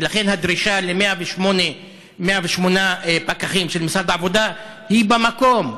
ולכן הדרישה ל-108 פקחים של משרד העבודה היא במקום.